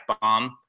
bomb